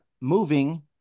moving